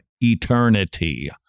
eternity